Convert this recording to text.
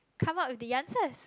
come out with the answers